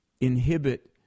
inhibit